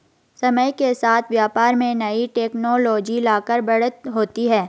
समय के साथ व्यापार में नई टेक्नोलॉजी लाकर बढ़त होती है